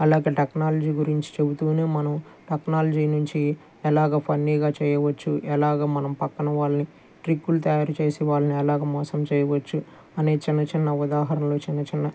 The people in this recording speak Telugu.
అలాగే టెక్నాలజీ గురించి చెబుతూనే మనం టెక్నాలజీ నుంచి ఎలాగ ఫన్నీగా చేయవచ్చు ఎలాగ మనం పక్కన వాళ్ళని ట్రిక్కులు తయారు చేసి వాళ్ళని ఎలాగ మోసం చేయవచ్చు అనే చిన్న చిన్న ఉదాహరణలు చిన్న చిన్న